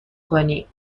کنی